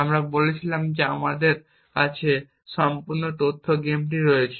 আমরা বলেছিলাম যে আমাদের কাছে সম্পূর্ণ তথ্য গেম রয়েছে